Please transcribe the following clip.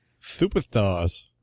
Superstars